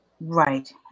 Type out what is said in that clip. right